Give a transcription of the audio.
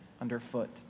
underfoot